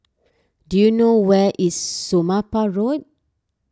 do you know where is Somapah Road